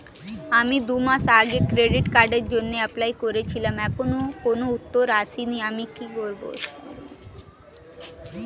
আমি দুমাস আগে ক্রেডিট কার্ডের জন্যে এপ্লাই করেছিলাম এখনো কোনো উত্তর আসেনি আমি কি করব?